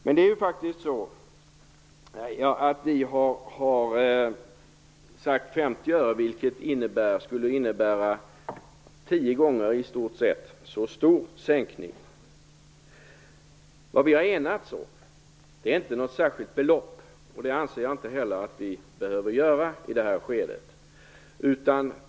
Men vi har faktiskt sagt 50 öre, vilket skulle innebära en i stort sett tio gånger så stor sänkning. Vad vi har enats om är inte något särskilt belopp, och det anser jag inte heller att vi behöver göra i det här skedet.